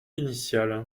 initiale